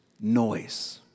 noise